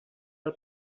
del